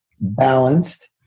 balanced